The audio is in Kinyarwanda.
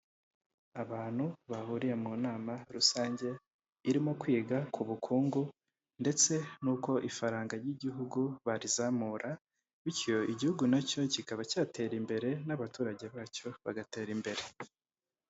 Abantu bahuriye mu nama rusange irimo kwiga ku bukungu ndetse n'uko ifaranga ry'igihugu barizamura, bityo igihugu na cyo kikaba cyatera imbere n'abaturage bacyo bagatera imbere.